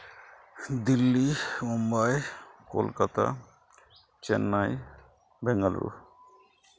Delhi Mumbai Kolkata Chennai Bangalore